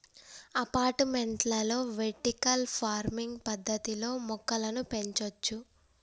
అపార్టుమెంట్లలో vertical farming పద్దతిలో మొక్కలను పెంచొచ్చు